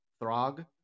Throg